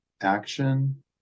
action